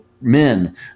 men